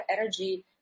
energy